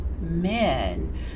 men